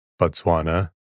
Botswana